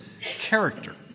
character